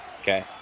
okay